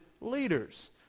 leaders